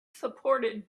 supported